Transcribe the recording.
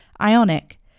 Ionic